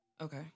Okay